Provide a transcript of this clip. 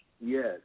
Yes